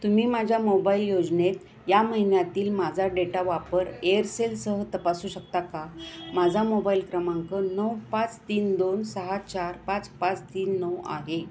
तुम्ही माझ्या मोबाइल योजनेत या महिन्यातील माझा डेटा वापर एअरसेलसह तपासू शकता का माझा मोबाइल क्रमांक नऊ पाच तीन दोन सहा चार पाच पाच तीन नऊ आहे